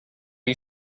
you